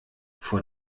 vor